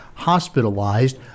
hospitalized